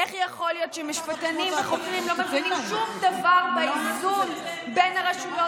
איך יכול להיות שמשפטנים וחוקרים לא מבינים שום דבר באיזון בין הרשויות?